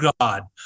God